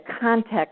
context